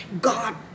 God